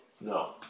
No